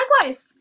Likewise